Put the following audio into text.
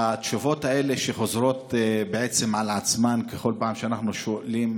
התשובות האלה חוזרות בעצם על עצמן בכל פעם שאנחנו שואלים